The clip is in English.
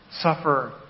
suffer